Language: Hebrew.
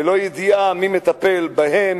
ללא ידיעה מי מטפל בהם,